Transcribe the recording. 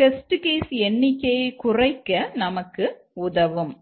test case எண்ணிக்கையை குறைக்க நமக்கு உதவும்